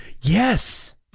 Yes